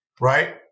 right